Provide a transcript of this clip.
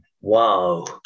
Wow